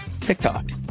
TikTok